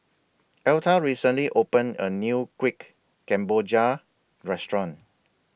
Elta recently opened A New Kuih Kemboja Restaurant